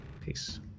Peace